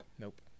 Nope